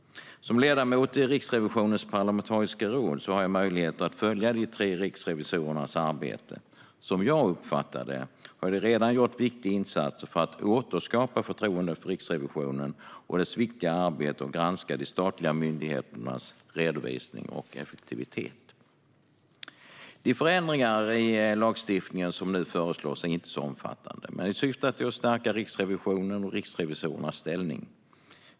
Som ledamot i Riksrevisionens parlamentariska råd har jag möjlighet att följa de tre nya riksrevisorernas arbete. Som jag uppfattar det har de redan gjort viktiga insatser för att återskapa förtroendet för Riksrevisionen och dess viktiga arbete att granska de statliga myndigheternas redovisning och effektivitet. De förändringar i lagstiftningen som nu föreslås är inte så omfattande men syftar till att stärka Riksrevisionens och riksrevisorernas ställning.